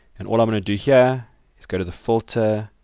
and all i'm going to do here is go to the filter,